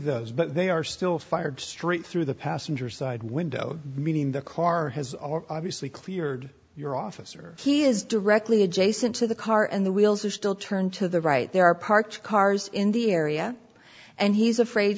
those but they are still fired straight through the passenger side window meaning the car has are obviously cleared your officer he is directly adjacent to the car and the wheels are still turned to the right there are parked cars in the area and he's afraid